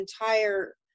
entire